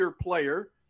player